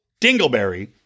Dingleberry